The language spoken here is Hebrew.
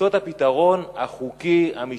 למצוא את הפתרון החוקי, המשפטי,